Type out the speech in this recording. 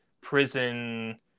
prison